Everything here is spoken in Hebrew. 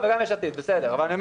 וגם יש עתיד, נכון.